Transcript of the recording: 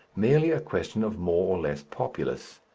merely a question of more or less populous.